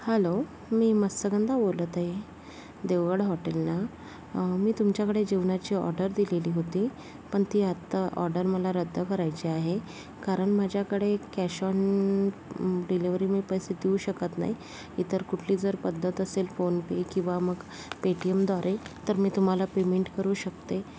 hello मी मत्सगंधा बोलत आहे देवगड हॉटेल ना मी तुमच्याकडे जेवणाची ऑर्डर दिलेली होती पण ती आत्ता ऑर्डर मला रद्द करायची आहे कारण माझ्याकडे कॅश ऑन डिलिव्हरी मी पैसे देऊ शकत नाही इतर कुठली जर पद्धत असेल फोन पे किंवा मग पे टी एमद्वारे तर मी तुम्हाला पेमेंट करू शकते